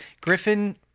Griffin